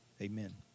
Amen